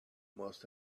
must